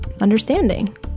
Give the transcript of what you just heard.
understanding